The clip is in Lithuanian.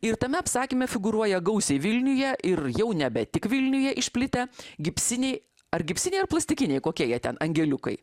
ir tame apsakyme figūruoja gausiai vilniuje ir jau nebe tik vilniuje išplitę gipsiniai ar gipsiniai ar plastikiniai kokie jie ten angeliukai